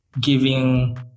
giving